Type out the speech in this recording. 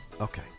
okay